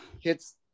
hits